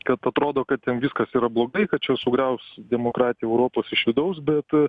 kad atrodo kad ten viskas yra blogai tai čia sugriaus demokratiją europos iš vidaus bet